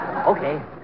Okay